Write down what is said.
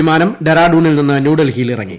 വിമാനം ഡെറാഡൂണിൽ നിന്ന് ന്യൂഡൽഹിയിൽ ഇറങ്ങി